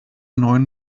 neuen